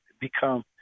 become –